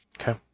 Okay